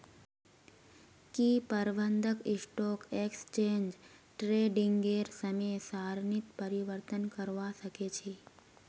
की प्रबंधक stock exchange ट्रेडिंगेर समय सारणीत परिवर्तन करवा सके छी